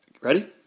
Ready